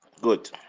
Good